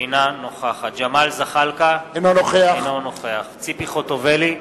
אינה נוכחת ג'מאל זחאלקה, אינו נוכח ציפי חוטובלי,